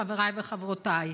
חבריי וחברותיי,